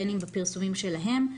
בין אם בפרסומים שלהם,